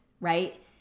right